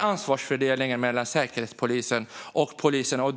ansvarsfördelning mellan Säkerhetspolisen och polisen.